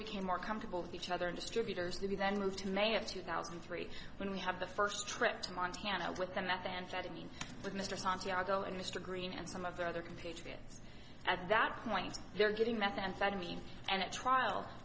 became more comfortable with each other and distributors to then move to may of two thousand and three when we have the first trip to montana with the methamphetamine but mr santiago and mr green and some of the other compatriots at that point they were getting methamphetamine and at trial